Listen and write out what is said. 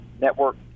network